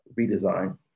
redesign